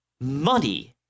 Money